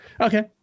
Okay